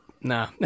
nah